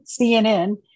CNN